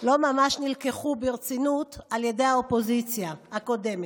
לא ממש נלקחו ברצינות על ידי האופוזיציה הקודמת.